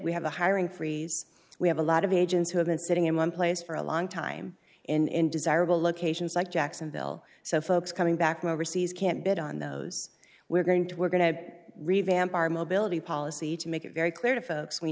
we have a hiring freeze we have a lot of agents who have been sitting in one place for a long time in desirable locations like jacksonville so folks coming back from overseas can't bid on those we're going to we're going to revamp our mobility policy to make it very clear to folks we